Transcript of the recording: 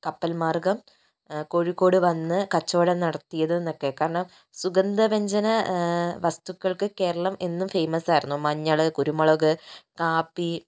കപ്പൽമാർഗ്ഗം കോഴിക്കോട് വന്ന് കച്ചവടം നടത്തിയതും എന്നൊക്കെ കാരണം സുഗന്ധവ്യഞ്ജന വസ്തുക്കൾക്ക് കേരളം എന്നും ഫെയ്മസ് ആയിരുന്നു മഞ്ഞള് കരുമുളക് കാപ്പി